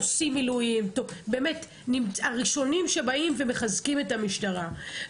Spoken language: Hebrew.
עושים מילואים הראשונים שבאים ומחזקים את המשטרה.